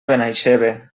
benaixeve